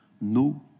no